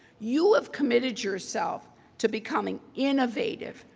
you have committed yourself to becoming innovative,